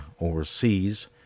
overseas